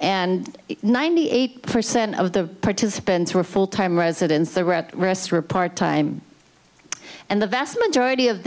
and ninety eight percent of the participants were full time residents the rest were part time and the vast majority of